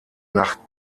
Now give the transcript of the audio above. nach